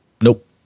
Nope